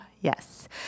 yes